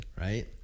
Right